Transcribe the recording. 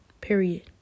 Period